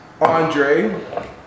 Andre